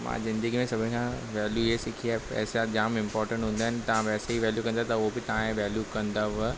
मां ज़िंदगीअ में सभिनि खां वैल्यू हीअ सिखी आहे पैसा जामु इंपॉर्टेंट हूंदा आहिनि तव्हां पैसे जी वैल्यू कंदव त हो बि तव्हां जी वैल्यू कंदव